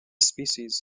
species